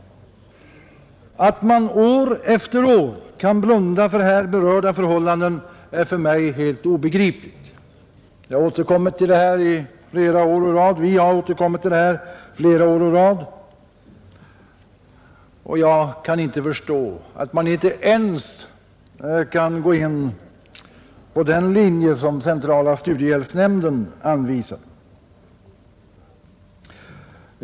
Att man år efter år kan blunda för här berörda förhållanden är för mig helt obegripligt. Vi har återkommit till detta flera år å rad, och jag kan inte förstå att man inte ens kan gå in på den linje som centrala studiehjälpsnämnden anvisat.